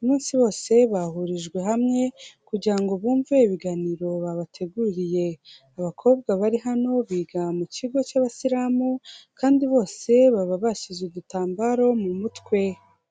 umunsi wose bahurijwe hamwe kugira ngo bumve ibiganiro babateguriye. Abakobwa bari hano biga mu kigo cy'abasilamu kandi bose baba bashyize udutambaro mu mutwe.